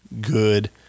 Good